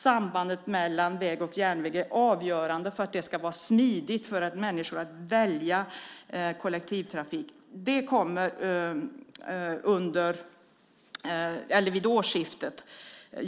Sambandet mellan väg och järnväg är avgörande för att det ska vara smidigt för människor att välja kollektivtrafiken. Detta kommer vid årsskiftet.